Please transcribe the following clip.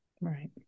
Right